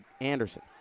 Anderson